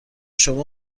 شما